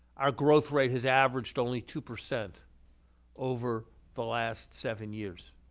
our growth rate has averaged only two percent over the last seven years.